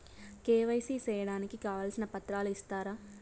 KYC సేయడానికి కావాల్సిన పత్రాలు ఇస్తారా?